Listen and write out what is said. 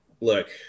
look